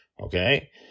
Okay